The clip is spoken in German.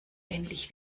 ähnlich